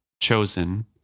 chosen